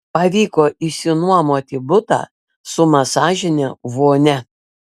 pavyko išsinuomoti butą su masažine vonia